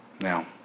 Now